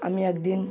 আমি এক দিন